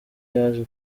yaje